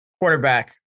quarterback